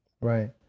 Right